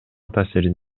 таасирин